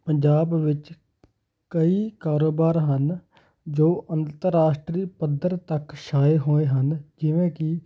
ਪੰਜਾਬ ਵਿੱਚ ਕਈ ਕਾਰੋਬਾਰ ਹਨ ਜੋ ਅੰਤਰਾਸ਼ਟਰੀ ਪੱਧਰ ਤੱਕ ਛਾਏ ਹੋਏ ਹਨ ਜਿਵੇਂ ਕਿ